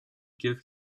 give